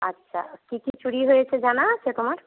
আচ্ছা কী কী চুরি হয়েছে জানা আছে তোমার